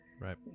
Right